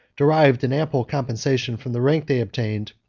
derived an ample compensation from the rank they obtained,